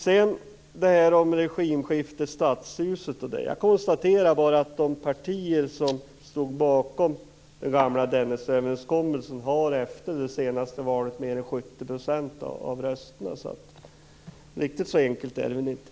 Sedan när det gäller detta med regimskiftet i Stadshuset konstaterar jag bara att de partier som stod bakom den gamla Dennisöverenskommelsen i det senaste valet hade mer än 70 % av rösterna, så riktigt så enkelt är det väl inte.